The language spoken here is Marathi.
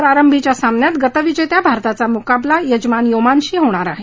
प्रारंभीच्या सामन्यात गतविजेत्या भारताचा मुकाबला येजमान ओमानशी होणार आहे